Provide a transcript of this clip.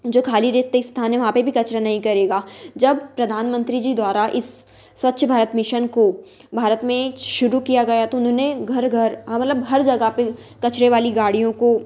जो खाली रिक्त स्थान है वहाँ पर भी कचरा नहीं करेगा जब प्रधानमंत्री जी द्वारा इस स्वच्छ भारत मिशन को भारत में शुरू किया गया तो उन्होंने घर घर हाँ मतलब हर जगह पर कचरे वाली गाड़ियों को